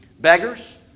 beggars